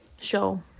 show